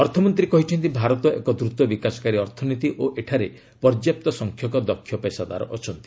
ଅର୍ଥମନ୍ତ୍ରୀ କହିଛନ୍ତି ଭାରତ ଏକ ଦ୍ରତବିକାଶକାରୀ ଅର୍ଥନୀତି ଓ ଏଠାରେ ପର୍ଯ୍ୟାପ୍ତ ସଂଖ୍ୟକ ଦକ୍ଷ ପେଶାଦାର ଅଛନ୍ତି